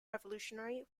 revolutionary